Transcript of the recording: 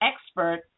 expert